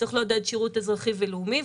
צריך לעודד שירות אזרחי ולאומי,